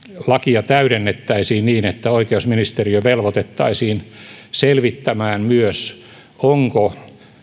lakia täydennettäisiin niin että oikeusministeriö velvoitettaisiin selvittämään myös onko